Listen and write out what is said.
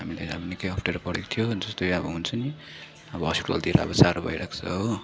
हामीले निकै अप्ठ्यारो परेको थियो जस्तै अब हुन्छ नि अब हस्पिटलतिर अब साह्रो भइरहेको छ हो